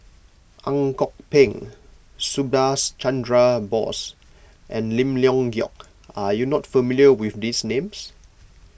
Ang Kok Peng Subhas Chandra Bose and Lim Leong Geok are you not familiar with these names